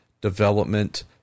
development